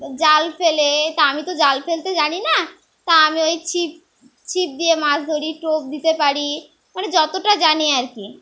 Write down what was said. জাল ফেলে তা আমি তো জাল ফেলতে জানি না তা আমি ওই ছিপ ছিপ দিয়ে মাছ ধরি টোপ দিতে পারি মানে যতটা জানি আর কি